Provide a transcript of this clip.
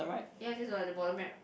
ya just was at the bottom map